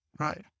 Right